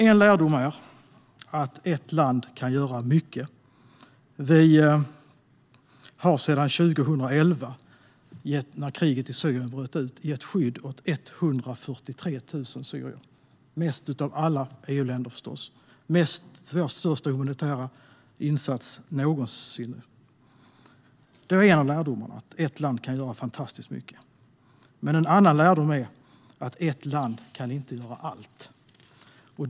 En lärdom är att ett land kan göra mycket. Vi har sedan 2011, när kriget i Syrien bröt ut, gett skydd åt 143 000 syrier. Sverige är det land i EU som gett skydd åt flest. Det är vår största humanitära insats någonsin. Då är en av lärdomarna att ett land kan göra fantastiskt mycket. Men en annan lärdom är att ett land inte kan göra allt.